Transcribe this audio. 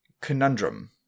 conundrum